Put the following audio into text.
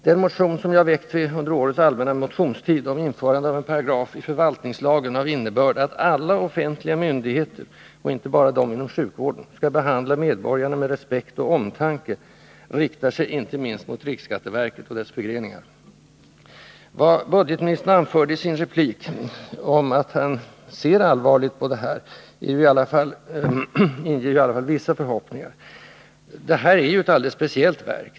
Den motion som jag väckt under årets allmänna motionstid om införande av en paragraf i förvaltningslagen av innebörd att alla offentliga myndigheter, och inte bara de som är verksamma inom sjukvården, skall behandla medborgarna med respekt och omtanke riktar sig inte minst mot riksskatteverket och dess förgreningar. Vad budgetministern anförde i sin replik om att han ser allvarligt på de relaterade förhållandena inger i alla fall vissa förhoppningar. Det här är ju ett alldeles speciellt verk.